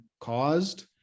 caused